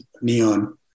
Neon